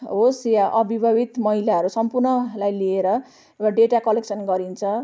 होस् यो अविवाहित महिलाहरू सम्पूर्णलाई लिएर एउटा डेटा कलेक्सन गरिन्छ